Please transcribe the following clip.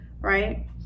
right